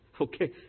Okay